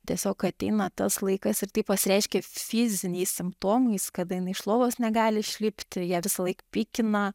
tiesiog ateina tas laikas ir tai pasireiškia fiziniais simptomais kada jinai iš lovos negali išlipti ją visąlaik pykina